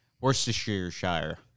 Worcestershire